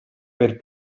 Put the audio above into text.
per